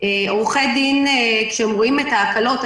עורכי דין רואים את ההקלות,